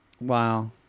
Wow